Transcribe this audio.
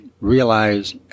realize